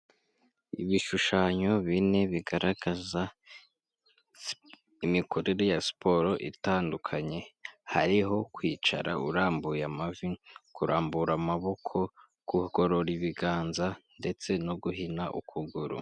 Ibishushanyo bine bigaragaza imikorere ya siporo itandukanye, hariho kwicara urambuye amavi, kurambura amaboko, kugorora ibiganza ndetse no guhina ukuguru.